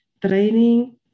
training